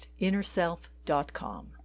innerself.com